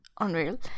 unreal